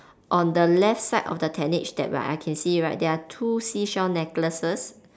on the left side of the tentage that I can see right there are two seashell necklaces